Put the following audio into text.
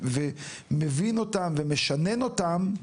מבין אותן ומשנן אותן,